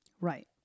Right